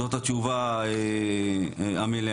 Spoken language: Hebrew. זאת התשובה המלאה.